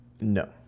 No